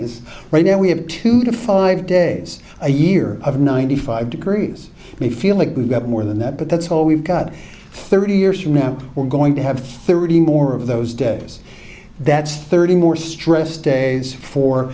s right now we have two to five days a year of ninety five degrees may feel like we've got more than that but that's all we've got thirty years from now we're going to have thirty more of those days that's thirty more stress days for